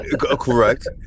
Correct